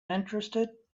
interested